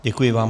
Děkuji vám.